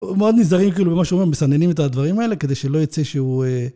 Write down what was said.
מאוד נזהרים כאילו במה שאומר, מסננים את הדברים האלה כדי שלא יצא שהוא...